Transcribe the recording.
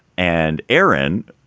and aaron,